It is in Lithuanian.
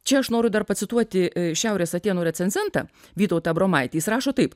čia aš noriu dar pacituoti šiaurės atėnų recenzentą vytautą abromaitį jis rašo taip